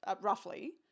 roughly